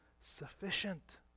sufficient